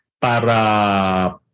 para